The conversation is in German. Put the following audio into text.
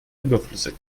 überflüssig